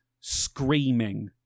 screaming